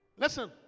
Listen